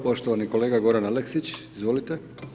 Poštovani kolega Goran Aleksić, izvolite.